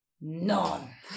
None